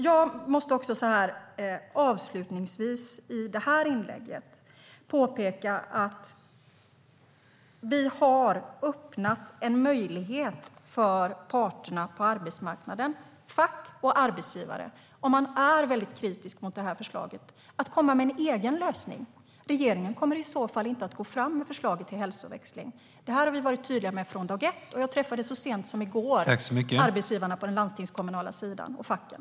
Jag måste avsluta det här inlägget med att påpeka att vi har öppnat en möjlighet för parterna på arbetsmarknaden, fack och arbetsgivare, att om de är kritiska mot förslaget lägga fram en egen lösning. Regeringen kommer i så fall inte att gå fram med förslaget till hälsoväxling. Det har vi varit tydliga med från dag ett. Jag träffade så sent som i går arbetsgivarna på den landstingskommunala sidan och facken.